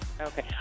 Okay